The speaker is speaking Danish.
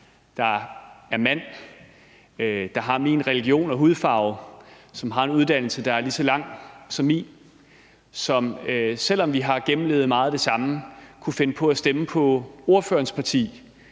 mig, er mand, har min religion og hudfarve og har en uddannelse, der er lige så lang som min, og som, selv om vi har gennemlevet meget af det samme, kunne finde på at stemme på ordførerens parti